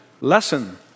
lesson